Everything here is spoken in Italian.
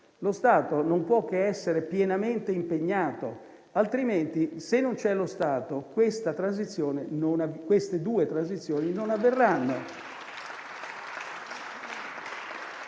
lo Stato non può che essere pienamente impegnato; altrimenti, se non c'è lo Stato, queste due transizioni non avverranno.